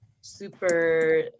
super